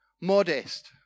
modest